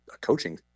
coaching